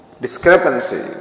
discrepancy